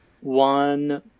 One